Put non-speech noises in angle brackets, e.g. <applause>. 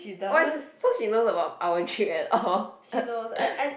what so she knows about our trip and all <laughs>